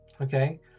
okay